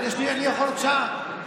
אני יכול עוד שעה.